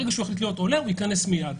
ברגע שהוא יחליט להיות עולה הוא ייכנס מיד.